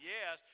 Yes